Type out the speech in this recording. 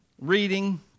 reading